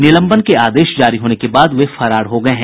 निलंबन के आदेश जारी होने के बाद वे फरार हो गये हैं